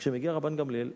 כשמגיע רבן גמליאל,